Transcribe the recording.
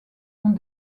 ont